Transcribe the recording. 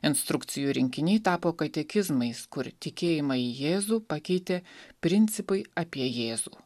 instrukcijų rinkiniai tapo katekizmais kur tikėjimą į jėzų pakeitė principai apie jėzų